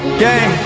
gang